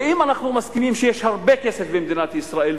ואם אנחנו מסכימים שיש הרבה כסף במדינת ישראל,